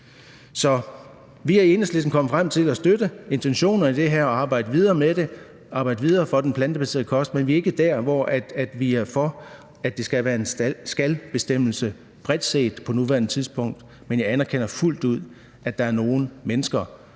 vi er i Enhedslisten kommet frem til at støtte intentionerne i det her og arbejde videre med det og arbejde videre for at udbrede den plantebaserede kost. Vi er ikke der, hvor vi er for, at der skal være en »skal«-bestemmelse bredt set på nuværende tidspunkt, men jeg anerkender fuldt ud, at der er nogle mennesker,